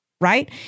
Right